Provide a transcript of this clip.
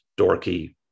dorky